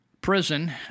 prison